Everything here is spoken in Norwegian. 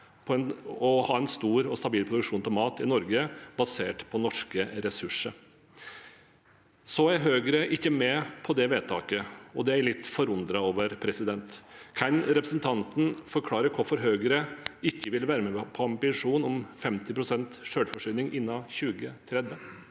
og ha en stor og stabil produksjon av mat i Norge basert på norske ressurser. Så er ikke Høyre med på det vedtaket, og det er jeg litt forundret over. Kan representanten forklare hvorfor Høyre ikke vil være med på ambisjonen om 50 pst. selvforsyning innen 2030?